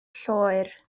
lloer